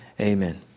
amen